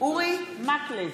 אורי מקלב,